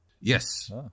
Yes